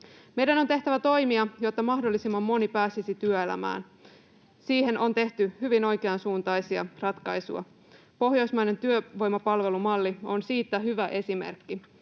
Meidän on tehtävä toimia, jotta mahdollisimman moni pääsisi työelämään. Siihen on tehty hyvin oikeansuuntaisia ratkaisuja. Pohjoismainen työvoimapalvelumalli on siitä hyvä esimerkki.